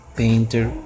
painter